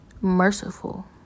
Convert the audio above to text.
merciful